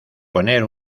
poner